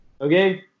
Okay